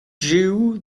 jew